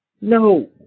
no